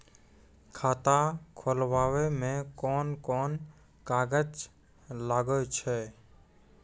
खाता खोलावै मे कोन कोन कागज लागै छै?